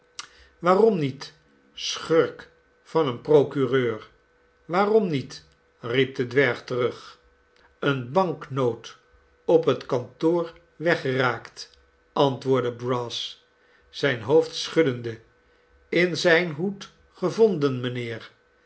waarom niet schurk van een procureur waarom niet riep de dwerg terug eene banknoot op het kantoor weggeraakt antwoordde brass zijn hoofd schuddende in zijn hoed gevonden mijnheer